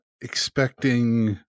expecting –